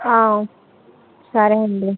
సరే అండి